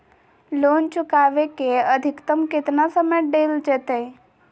Loan चुकाबे के अधिकतम केतना समय डेल जयते?